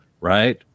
right